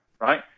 right